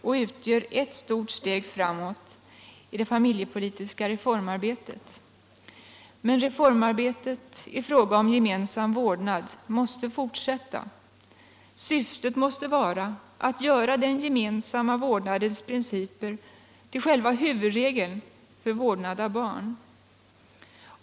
De utgör ett stort steg framåt i det familjepolitiska reformarbetet. Men reformarbetet i fråga om gemensam vårdnad måste fortsätta. Syftet måste vara att göra den gemensamma vårdnadens principer till själva huvudregeln för vårdnad av barn.